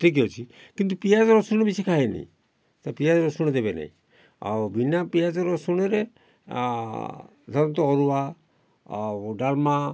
ଠିକ୍ ଅଛି କିନ୍ତୁ ପିଆଜ ରସୁଣ ବେଶୀ ଖାଏନି ତ ପିଆଜ ରସୁଣ ଦେବେ ନାହିଁ ଆଉ ବିନା ପିଆଜ ରସୁଣରେ ଧରନ୍ତୁ ଅରୁଆ ଡାଲମା